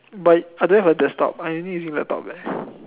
but I don't have a desktop I need to use laptop